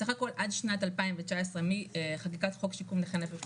סך הכול עד שנת 2019 מחקיקת חוק שיקום נכי נפש,